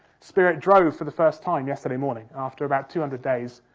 spirit drove for the first time yesterday morning, after about two hundred days.